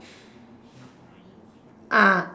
ah